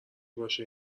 باشه